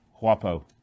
Huapo